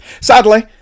Sadly